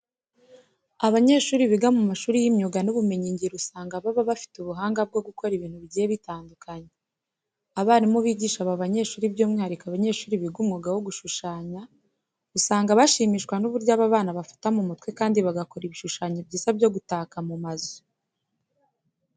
Abanyeshuri biga mu mashuri y'imyuga n'ubumenyingiro usanga baba bafite ubuhanga bwo gukora ibintu bigiye bitandukanye. Abarimu bigisha aba banyeshuri by'umwihariko abanyeshuri biga umwuga wo gushushanya, usanga bashimishwa n'uburyo aba bana bafata mu mutwe kandi bagakora ibishushanyo byiza byo gutaka mu mazu.